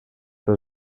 was